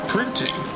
Printing